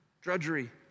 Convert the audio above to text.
drudgery